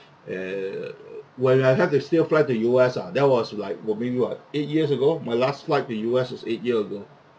eh when I have to still fly to U_S ah that was like oh maybe what eight years ago my last flight to U_S was eight year ago